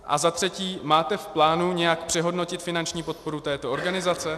A za třetí, máte v plánu nějak přehodnotit finanční podporu této organizace?